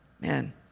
Man